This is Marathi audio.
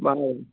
बरं